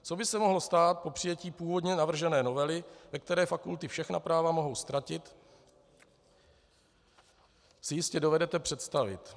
Co by se mohlo stát po přijetí původně navržené novely, ve které fakulty všechna práva mohou ztratit, si jistě dovedete představit.